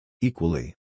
Equally